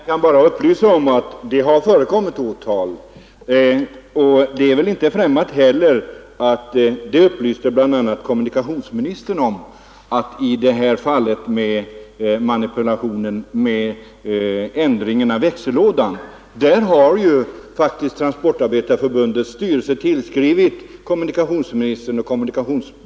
Herr talman! Jag vill bara upplysa om att åtal förekommit. Det är väl heller inte obekant — det upplyste bl.a. kommunikationsministern om — att Transportarbetareförbundet när det gällde fallet med manipulation i växellådan tillskrivit kommunikationsministern.